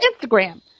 Instagram